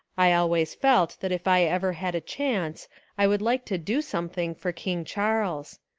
i al ways felt that if i ever had a chance i would like to do something for king charles.